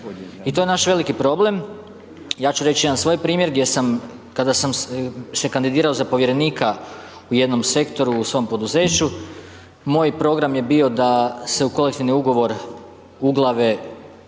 I to je naš veliki problem. Ja ću reći jedan svoj primjer gdje sam kada sam se kandidirao za povjerenika u jednom sektoru u svom poduzeću moj program je bio da se u kolektivni ugovor uglave